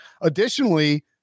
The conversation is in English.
Additionally